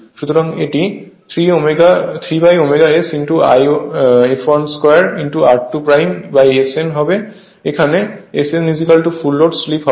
সুতরাং এটি 3ω S I fl 2 r2Sfl হবে এবং এখানে Sfl ফুল লোড স্লিপ হবে